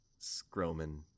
Scroman